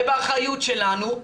ובאחריות שלנו,